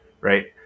right